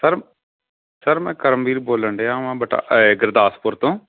sir sir ਮੈਂ ਕਰਮਵੀਰ ਬੋਲਣ ਡਿਆ ਵਾਂ ਬਟਾਲ ਗੁਰਦਾਸਪੁਰ ਤੋਂ